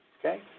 Okay